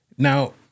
Now